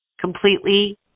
completely